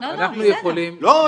אנחנו יכולים לפנות --- לא,